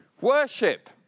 Worship